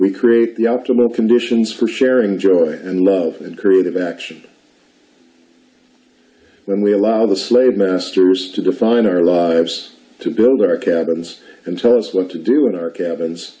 we create the optimal conditions for sharing joy and love and creative action when we allow the slave masters to define our lives to build our cabins and tell us what to do in our cabins